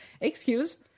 excuse